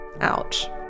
Ouch